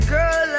Girl